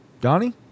donnie